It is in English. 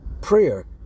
Prayer